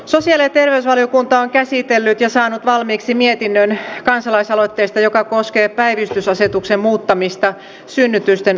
sosiaali ja terveysvaliokunta on käsitellyt ja saanut valmiiksi mietinnön kansalaisaloitteesta joka koskee päivystysasetuksen muuttamista synnytysten osalta